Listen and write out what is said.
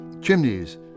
chimneys